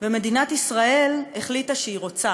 ומדינת ישראל החליטה שהיא רוצה,